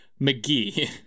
McGee